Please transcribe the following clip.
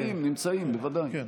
נמצאים, נמצאים, בוודאי.